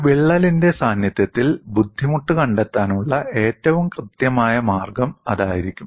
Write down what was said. ഒരു വിള്ളലിന്റെ സാന്നിധ്യത്തിൽ ബുദ്ധിമുട്ട് കണ്ടെത്താനുള്ള ഏറ്റവും കൃത്യമായ മാർഗ്ഗം അതായിരിക്കും